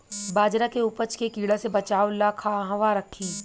बाजरा के उपज के कीड़ा से बचाव ला कहवा रखीं?